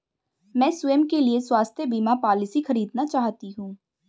मैं स्वयं के लिए स्वास्थ्य बीमा पॉलिसी खरीदना चाहती हूं